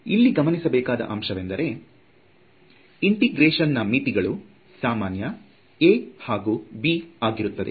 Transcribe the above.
ಇಲ್ಲಿ ಗಮನಿಸಬೇಕಾದ ಅಂಶವೆಂದರೆ ಇಂಟೆಗ್ರರೇಷನ್ ನಾ ಮಿತಿಗಳು ಸಾಮಾನ್ಯ a ಹಾಗೂ b ಆಗಿರುತ್ತದೆ